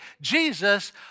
Jesus